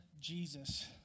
Jesus